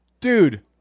dude